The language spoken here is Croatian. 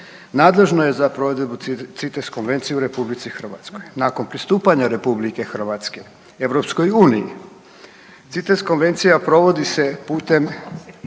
nadležno je za provedbu CITES konvencije u Republici Hrvatskoj. Nakon pristupanja Republike Hrvatske Europskoj uniji CITES konvencija provodi se putem